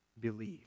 believe